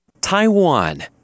Taiwan